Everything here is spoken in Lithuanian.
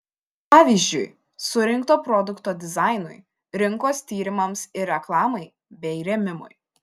pavyzdžiui surinkto produkto dizainui rinkos tyrimams ir reklamai bei rėmimui